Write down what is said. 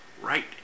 right